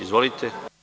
Izvolite.